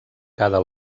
cada